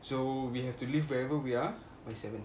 so we have to live wherever we are by seven